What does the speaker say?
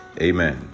amen